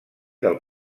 del